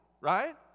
right